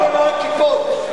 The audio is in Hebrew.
מה זה משנה, כיפות?